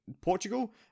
Portugal